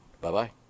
bye-bye